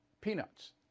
peanuts